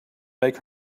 make